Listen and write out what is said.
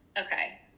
Okay